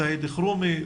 סעיד אלחרומי,